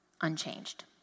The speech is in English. unchanged